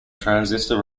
transistor